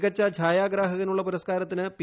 മികച്ച ഛായാഗ്രാഹകനുള്ള പ്പുരുസ്കാരത്തിന് പി